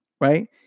right